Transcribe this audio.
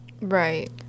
Right